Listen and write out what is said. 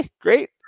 great